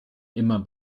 immer